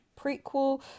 prequel